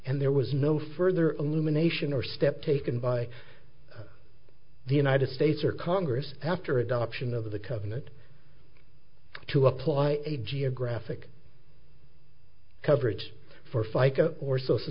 and there was no further a lumination or step taken by the united states or congress after adoption of the covenant to apply a geographic coverage for fica or social